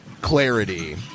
clarity